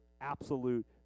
absolute